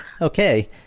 Okay